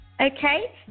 Okay